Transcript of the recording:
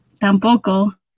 tampoco